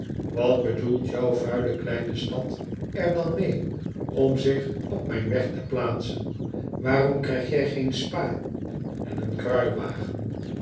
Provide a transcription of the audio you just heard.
wat bedoelt jou vuile kleine stad er dan mee om zich op mijn weg te plaatsen waarom krijg ju geen spa en een kruiwagen